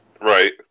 Right